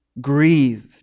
grieved